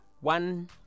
One